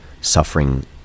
suffering